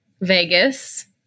Vegas